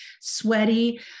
sweaty